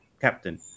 captain